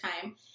time